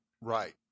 Right